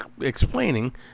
explaining